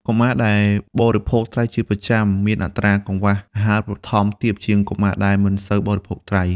កុមារ ដែលបរិភោគត្រីជាប្រចាំមានអត្រា កង្វះអាហារូបត្ថម្ភ ទាបជាងកុមារដែលមិនសូវបរិភោគត្រី។